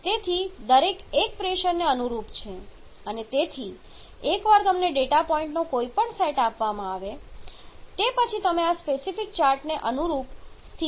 તેથી દરેક એક પ્રેશરને અનુરૂપ છે અને તેથી એકવાર તમને ડેટા પોઈન્ટનો કોઈપણ સેટ આપવામાં આવે તે પછી તમે આ સ્પેસિફિક ચાર્ટ પર અનુરૂપ સ્થિતિને સરળતાથી ઓળખી શકો છો